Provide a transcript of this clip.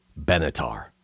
Benatar